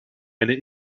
eine